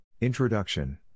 Introduction